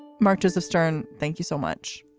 and mark joseph stern, thank you so much.